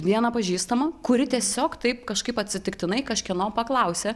vieną pažįstamą kuri tiesiog taip kažkaip atsitiktinai kažkieno paklausė